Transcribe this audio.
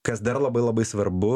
kas dar labai labai svarbu